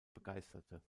begeisterte